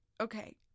Okay